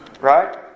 right